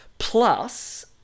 Plus